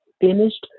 finished